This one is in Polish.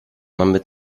mamy